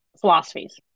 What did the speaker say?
philosophies